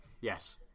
Yes